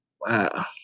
Wow